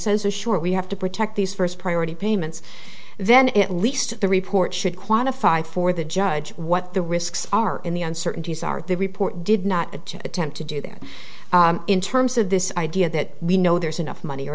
says is sure we have to protect these first priority payments then at least the report should quantify for the judge what the risks are in the uncertainties are the report did not attempt to do that in terms of this idea that we know there's enough money or